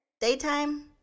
Daytime